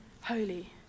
holy